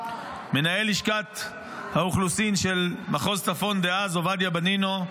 מנהל לשכת האוכלוסין של מחוז צפון דאז עובדיה בנינו,